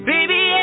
Baby